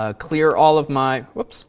ah clear all of my oops